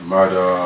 Murder